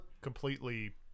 completely